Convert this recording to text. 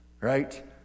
right